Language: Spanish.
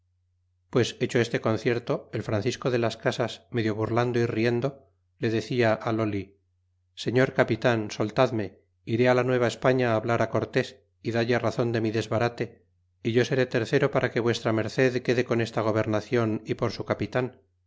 pues hecho este concierto el francisco de las casas medio burlando y riendo le debía al señor capitan soltadme iré la nueva españa hablar cortés y dalle razon de mi desbarate é yo seré tercero para que v merced quede con esta gobernacion y por su capitan